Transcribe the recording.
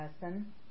person